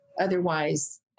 Otherwise